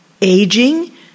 aging